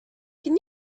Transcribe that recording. can